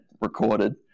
recorded